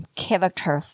character